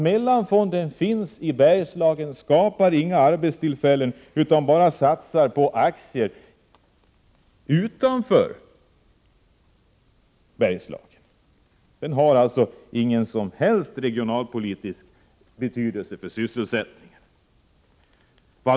Mellanfonden i Bergslagen skapar inga arbetstillfällen utan satsar bara på aktier utanför Bergslagen. Den har alltså ingen som helst regionalpolitisk betydelse för sysselsättningen.